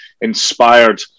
inspired